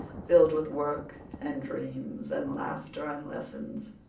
filled with work and dreams and laughter and lessons.